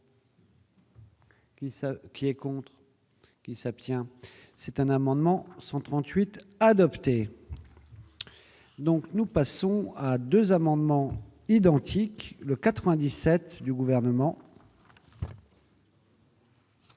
qui est contre qui s'abstient c'est un amendement 138 adopté. Donc, nous passons à 2 amendements identiques le 97 du gouvernement.